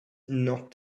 not